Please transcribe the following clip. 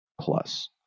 plus